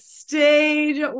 stage